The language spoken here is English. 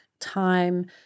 time